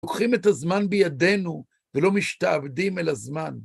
לוקחים את הזמן בידנו, ולא משתעבדים אל הזמן.